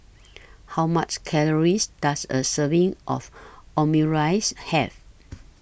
How Many Calories Does A Serving of Omurice Have